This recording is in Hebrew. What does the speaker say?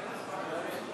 אין מתנגדים,